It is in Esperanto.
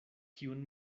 kiun